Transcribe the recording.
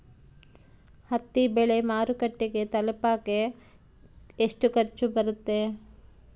ಹತ್ತಿ ಬೆಳೆ ಮಾರುಕಟ್ಟೆಗೆ ತಲುಪಕೆ ಎಷ್ಟು ಖರ್ಚು ಬರುತ್ತೆ?